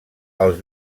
els